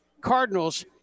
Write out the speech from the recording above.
Cardinals